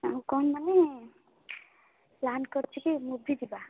ଆଉ କ'ଣ ମାନେ ପ୍ଲାନ୍ କରିଛି କି ମୁଭି ଯିବା